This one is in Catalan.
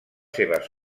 seves